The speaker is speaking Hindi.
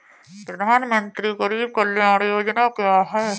प्रधानमंत्री गरीब कल्याण योजना क्या है?